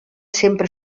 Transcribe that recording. sempre